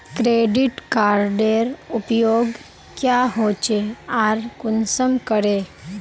Credit कार्डेर उपयोग क्याँ होचे आर कुंसम करे?